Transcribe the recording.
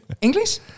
English